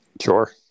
Sure